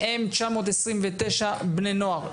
מהם כ-929 בני נוער.